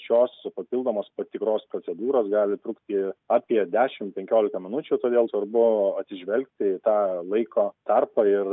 šios papildomos patikros procedūros gali trukti apie dešim penkiolika minučių todėl svarbu atsižvelgti į tą laiko tarpą ir